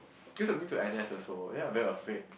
cause I'm going to N_S also then I very afraid